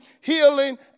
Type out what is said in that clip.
healing